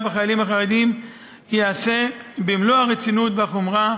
בחיילים החרדים ייעשה במלוא הרצינות והחומרה,